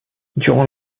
durant